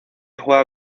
juega